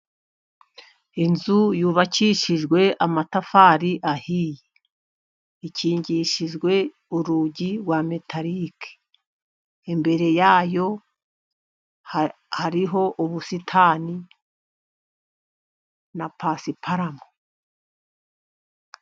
Inzu yubakishijwe amatafari ahiye, ikingishijwe urugi rwa metalike, imbere yayo hariho ubusitani na pasiparume.